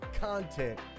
content